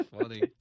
funny